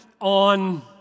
on